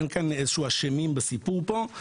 אין כאן אשמים בסיפור פה,